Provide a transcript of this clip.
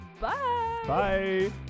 Bye